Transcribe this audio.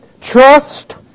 Trust